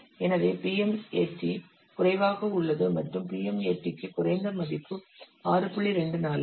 எனவே PMAT குறைவாக உள்ளது மற்றும் PMAT க்கு குறைந்த மதிப்பு 6